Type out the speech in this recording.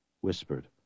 whispered